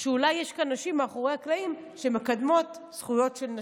אולי יש כאן נשים מאחורי הקלעים שמקדמות זכויות של נשים.